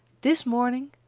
this morning,